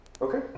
Okay